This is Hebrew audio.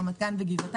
רמת גן וגבעתיים.